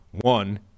one